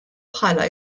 bħala